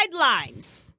guidelines